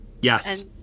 Yes